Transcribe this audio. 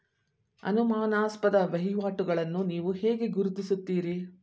ಅನುಮಾನಾಸ್ಪದ ವಹಿವಾಟುಗಳನ್ನು ನೀವು ಹೇಗೆ ಗುರುತಿಸುತ್ತೀರಿ?